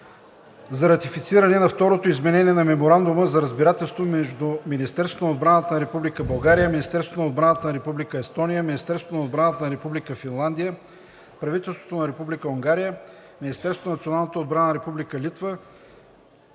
за ратифициране на Второто изменение на Меморандума за разбирателство между Министерството на отбраната на Република България, Министерството на отбраната на Република Естония, Министерството на отбраната на Република Финландия, правителството на Република Унгария, Министерството на националната отбрана на Република Литва,